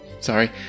Sorry